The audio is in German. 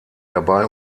dabei